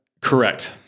Correct